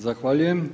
Zahvaljujem.